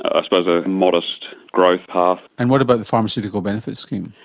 i suppose a modest growth path. and what about the pharmaceutical benefits scheme?